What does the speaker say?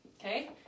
okay